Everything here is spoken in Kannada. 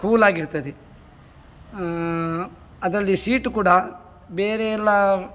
ಕೂಲಾಗಿರ್ತದೆ ಅದರಲ್ಲಿ ಸೀಟು ಕೂಡ ಬೇರೆ ಎಲ್ಲ